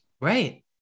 Right